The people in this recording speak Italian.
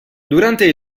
durante